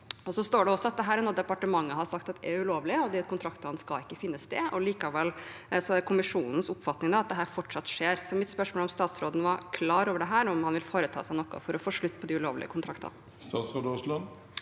Det står også at departementet har sagt at dette er ulovlig, og at de kontraktene ikke skal finnes. Likevel er det kommisjonens oppfatning at dette fortsatt skjer. Mitt spørsmål er om statsråden var klar over dette, og om han vil foreta seg noe for å få slutt på de ulovlige kontraktene. Statsråd Terje